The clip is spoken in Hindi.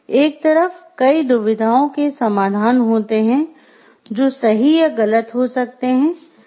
एक तरफ कई दुविधाओं के समाधान होते हैं जो सही या गलत हो सकते हैं